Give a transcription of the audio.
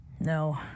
No